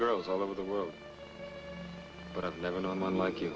girls all over the world but i've never known one l